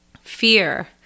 Fear